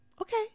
okay